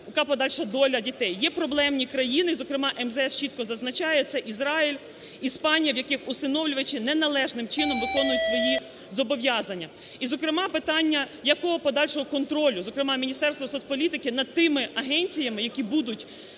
Є проблемні країни, зокрема МЗС чітко зазначає: це Ізраїль, Іспанія, - в яких усиновлювачі неналежним чином виконують свої зобов'язання. І, зокрема, питання, якого подальшого контролю, зокрема Міністерство соцполітики, над тими агенціями, які будуть